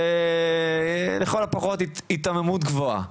זה לכל הפחות היתממות גבוהה.